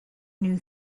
new